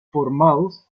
formals